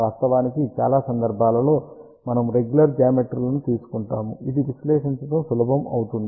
వాస్తవానికి చాలా సందర్భాలలో మనము రెగ్యులర్ జామెట్రీలను తీసుకుంటాము ఇది విశ్లేషించడం సులభం అవుతుంది